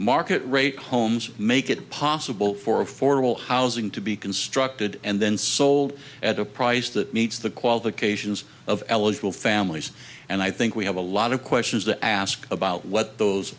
market rate homes make it possible for affordable housing to be constructed and then sold at a price that meets the qualifications of eligible families and i think we have a lot of questions to ask about what those